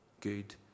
Good